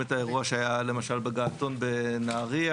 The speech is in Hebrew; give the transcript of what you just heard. את האירוע שהיה למשל בגעתון בנהריה.